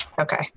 okay